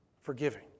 forgiving